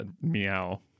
Meow